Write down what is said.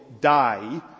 die